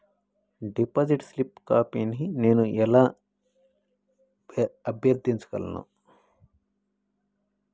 Deposit slip కాపీని నేను ఎలా అభ్యర్థించగలను?